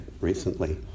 recently